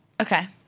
Okay